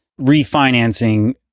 refinancing